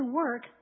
work